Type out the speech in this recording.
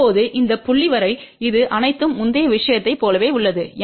இப்போது இந்த புள்ளி வரை இது அனைத்தும் முந்தைய விஷயத்தைப் போலவே உள்ளது